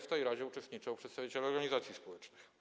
W tej radzie uczestniczą przedstawiciele organizacji społecznych.